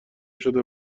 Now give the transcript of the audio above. شده